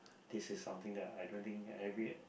this is something that I don't think every